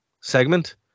segment